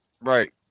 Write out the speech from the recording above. Right